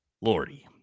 Lordy